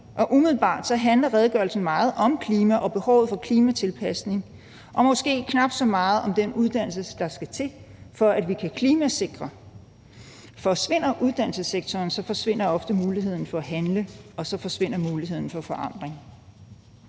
og umiddelbart handler redegørelsen meget om klima og behovet for klimatilpasning og måske knap så meget om den uddannelse, der skal til, for at vi kan klimasikre. Forsvinder uddannelsessektoren, forsvinder ofte muligheden for at handle, og så forsvinder muligheden for forandring.